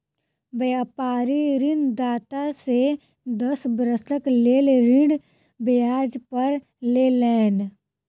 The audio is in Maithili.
व्यापारी ऋणदाता से दस वर्षक लेल ऋण ब्याज पर लेलैन